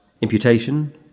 imputation